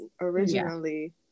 originally